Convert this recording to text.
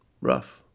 Rough